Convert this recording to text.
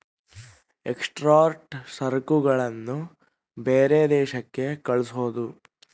export ಸರಕುಗಳನ್ನ ಬೇರೆ ದೇಶಕ್ಕೆ ಕಳ್ಸೋದು